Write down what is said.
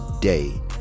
day